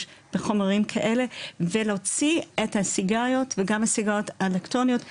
בחומרים כאלה ולהוציא את הסיגריות וגם הסיגריות האלקטרוניות מהנורמה,